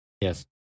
Yes